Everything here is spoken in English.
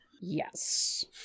Yes